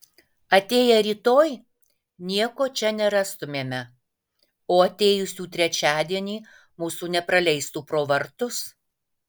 atėję rytoj nieko čia nerastumėme o atėjusių trečiadienį mūsų nepraleistų pro vartus